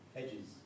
edges